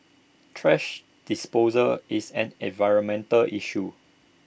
thrash disposal is an environmental issue